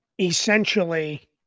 essentially